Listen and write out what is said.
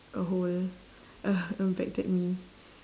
a whole uh impacted me